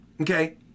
okay